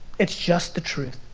it's just the truth,